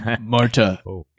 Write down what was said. Marta